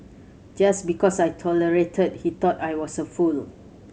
just because I tolerated he thought I was a fool